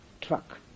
truck